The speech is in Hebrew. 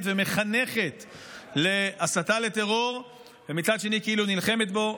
ומחנכת להסתה לטרור ומצד שני כאילו נלחמת בו.